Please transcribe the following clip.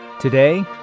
Today